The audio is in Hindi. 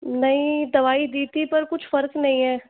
नहीं दवाई दी थी पर कुछ फ़र्क नहीं है